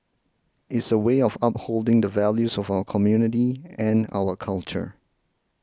is a way of upholding the values of our community and our culture